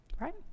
Right